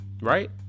right